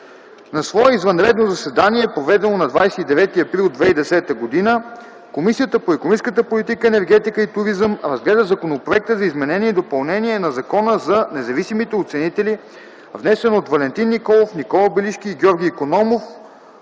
На свое извънредно заседание, проведено на 29 април 2010 г., Комисията по икономическата политика, енергетика и туризъм разгледа Законопроекта за изменение и допълнение на Закона за независимите оценители, внесен от Валентин Николов, Никола Белишки и Георги Икономов